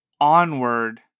onward